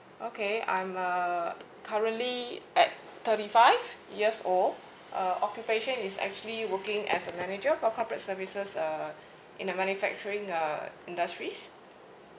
okay I'm a currently at thirty five years old uh occupation is actually working as a manager for corporate services uh in a manufacturing uh industries